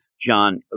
John